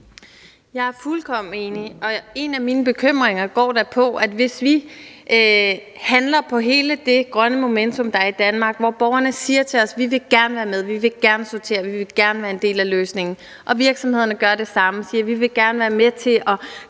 Jeg er fuldkommen enig, og en af mine bekymringer går da på, at hvis vi handler på hele det grønne momentum, der er i Danmark, hvor borgerne siger til os, at de gerne vil være med, at de gerne vil sortere, at de gerne vil være en del af løsningen, og hvor virksomhederne gør det samme og siger, at de gerne vil være med til at